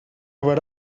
about